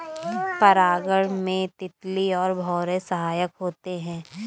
परागण में तितली और भौरे सहायक होते है